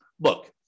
look